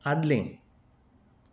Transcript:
आदलें